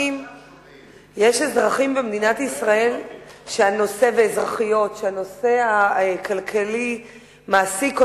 יש אזרחים ואזרחיות במדינת ישראל שהנושא הכלכלי מעסיק אותם,